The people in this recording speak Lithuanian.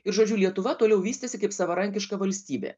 ir žodžiu lietuva toliau vystėsi kaip savarankiška valstybė